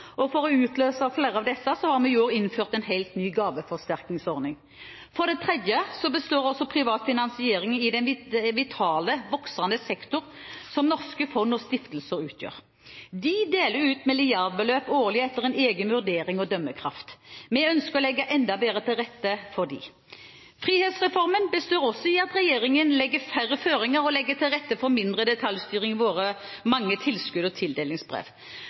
og for å forløse flere av disse har vi i år innført en helt ny gaveforsterkningsordning. For det tredje består privat finansiering også av den vitale, voksende sektoren som norske fond og stiftelser utgjør. De deler ut milliardbeløp årlig etter egen vurdering og dømmekraft. Vi ønsker å legge enda bedre til rette for dem. Frihetsreformen består også i at regjeringen legger færre føringer og legger til rette for mindre detaljstyring i våre mange tilskudds- og tildelingsbrev.